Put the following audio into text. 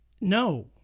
No